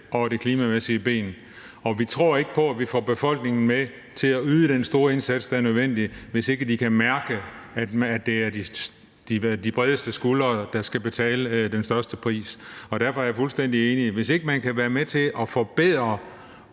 og det klimamæssige ben. Vi tror ikke på, at vi får befolkningen med på at yde den store indsats, der er nødvendig, hvis ikke folk kan mærke, at det er de bredeste skuldre, der skal betale den største pris. Derfor er jeg fuldstændig enig i, at hvis ikke man kan være med til at fjerne